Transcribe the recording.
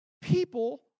people